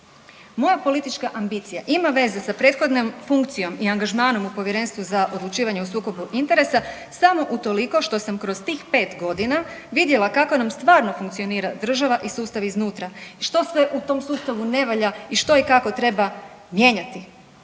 Moja politička ambicija ima veze sa prethodnom funkcijom i angažmanom u Povjerenstvu za odlučivanje o sukobu interesa samo utoliko što sam kroz tih pet godina vidjela kako nam stvarno funkcionira država i sustav iznutra i što sve u tom sustavu ne valja i što i kako treba mijenjati.